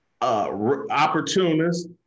opportunists